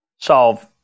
solve